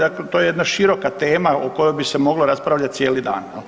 Dakle, to je jedna široka tema o kojoj bi se moglo raspravljat cijeli dan, jel.